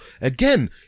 again